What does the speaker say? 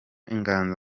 inganzo